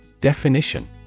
Definition